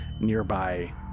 nearby